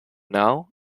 now